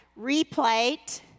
Replate